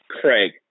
Craig